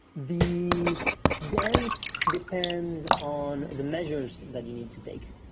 the dance depends on the measures that you need to take.